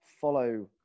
follow